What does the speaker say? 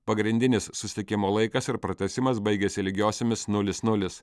pagrindinis susitikimo laikas ir pratęsimas baigėsi lygiosiomis nulis nulis